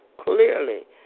clearly